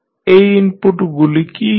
এই ইনপুটগুলি কী কী